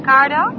Cardo